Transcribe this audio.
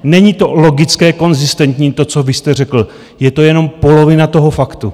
Není to logické a konzistentní, to, co vy jste řekl, je to jenom polovina toho faktu.